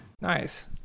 Nice